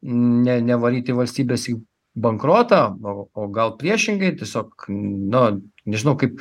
ne nevaryti valstybės į bankrotą o o gal priešingai tiesiog nu nežinau kaip